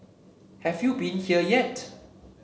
have you been here yet